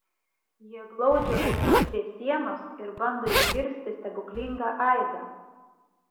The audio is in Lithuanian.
jie glaudžia ausis prie sienos ir bando išgirsti stebuklingą aidą